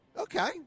okay